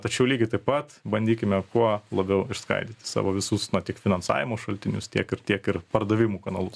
tačiau lygiai taip pat bandykime kuo labiau išskaidyti savo visus na tik finansavimo šaltinius tiek ir tiek ir pardavimų kanalus